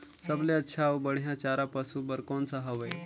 सबले अच्छा अउ बढ़िया चारा पशु बर कोन सा हवय?